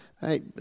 hey